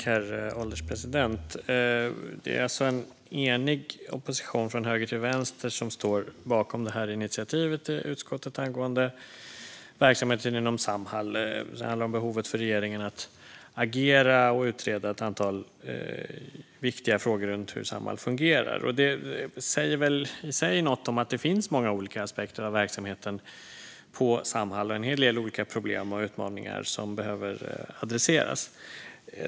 Herr ålderspresident! Det är alltså en enig opposition från höger till vänster som står bakom det här initiativet i utskottet angående verksamheten inom Samhall. Det handlar om behovet för regeringen att agera och utreda ett antal viktiga frågor runt hur Samhall fungerar. Det säger väl i sig något om att det finns många olika aspekter av verksamheten på Samhall och en hel del olika problem och utmaningar som behöver adresseras.